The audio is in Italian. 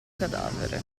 cadavere